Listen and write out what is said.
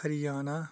Haryana